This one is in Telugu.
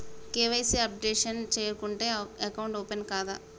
కే.వై.సీ అప్డేషన్ చేయకుంటే అకౌంట్ ఓపెన్ కాదా?